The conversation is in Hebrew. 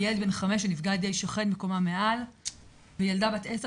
ילד בן חמש שנפגע על ידי שכן מקומה מעל וילדה בת עשר